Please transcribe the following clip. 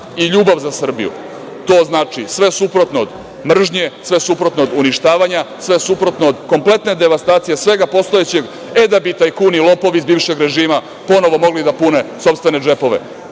i ljubav za Srbiju. To znači sve suprotno od mržnje, sve suprotno od uništavanja, sve suprotno od kompletne devastacije svega postojećeg. Da bi tajkuni, lopovi bivšeg režima ponovo mogli da pune sopstvene džepove.